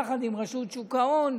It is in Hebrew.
יחד עם רשות שוק ההון,